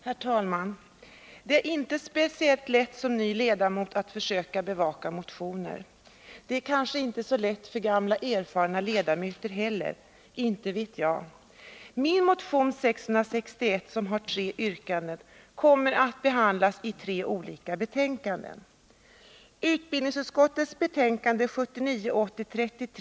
Herr talman! Det är inte speciellt lätt som ny ledamot att försöka bevaka motioner. Det är kanske inte så lätt för gamla erfarna ledamöter heller - inte vet jag. Min motion 661, som har tre yrkanden, kommer att behandlas i tre olika betänkanden.